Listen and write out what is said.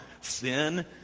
sin